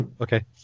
Okay